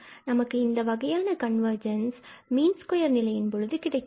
நமக்கு இந்த வகையான கன்வர்ஜென்ஸ் மீன் ஸ்கொயர் நிலையின் பொழுது கிடைக்கிறது